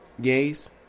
gays